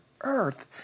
earth